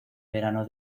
verano